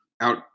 out